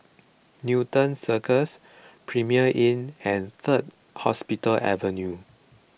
Newton Cirus Premier Inn and Third Hospital Avenue